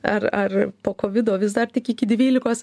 ar ar po kovido vis dar tik iki dvylikos